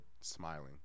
smiling